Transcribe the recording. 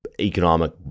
economic